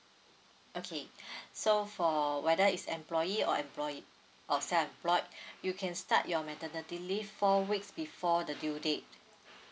okay so for whether it's employee or employ~ or self employed you can start your maternity leave four weeks before the due date